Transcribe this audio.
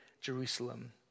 Jerusalem